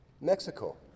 Mexico